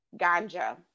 Ganja